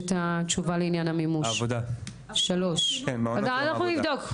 אנחנו נבדוק.